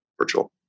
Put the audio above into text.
virtual